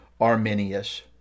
Arminius